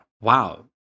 wow